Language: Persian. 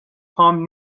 پام